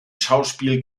schauspiel